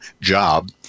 job